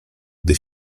gdy